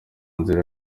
nzira